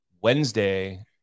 wednesday